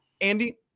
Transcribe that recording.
Andy